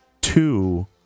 two